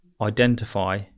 identify